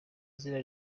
izina